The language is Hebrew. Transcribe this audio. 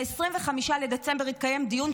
ב-25 בדצמבר התקיים דיון,